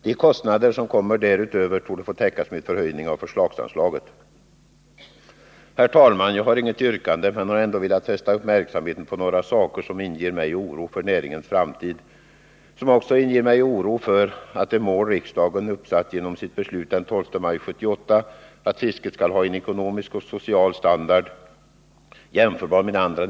De kostnader som kommer därutöver torde få täckas med förhöjning av förslagsanslaget. Herr talman! Jag har inget yrkande men har ändå velat fästa uppmärksamheten på några saker som inger mig oro för näringens framtid liksom också för att det av riksdagen den 12 maj 1978 uppsatta målet att fisket skall ha en med andra näringar jämförbar ekonomisk och social standard inte blir verklighet.